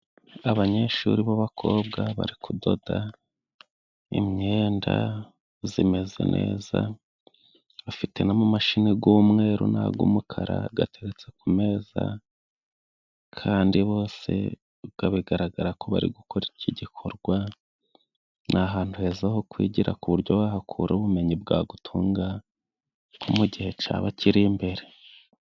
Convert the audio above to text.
Abanyeshuri b'abakobwa bari kudoda imyenda zimeze neza, bafite n'amamashini g'umweru n'ag' umukara, gateretse ku meza kandi bose bigaragara ko bari gukora iki gikorwa. Ni ahantu heza ho kwigira ku buryo wahakura ubumenyi bwagutunga nko mu gihe caba kiri imbere.